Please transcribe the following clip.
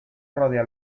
rodean